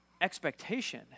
expectation